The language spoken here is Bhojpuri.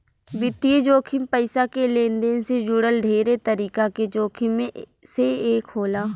वित्तीय जोखिम पईसा के लेनदेन से जुड़ल ढेरे तरीका के जोखिम में से एक होला